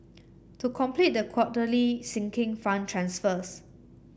to complete the quarterly Sinking Fund transfers